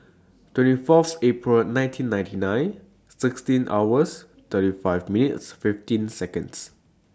twenty four April nineteen ninety nine sixteen hours thirty five minutes fifteen Seconds